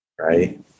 right